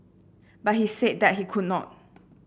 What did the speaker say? but he said that he could not